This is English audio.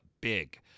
big